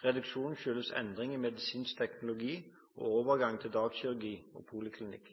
Reduksjonen skyldes endringer i medisinsk teknologi og overgang til dagkirurgi og poliklinikk.